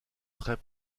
très